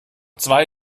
zwei